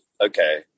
okay